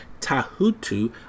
Tahutu